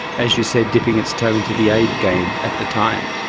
as you said, dipping its toe into the aid game at the time.